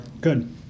Good